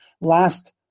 last